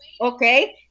okay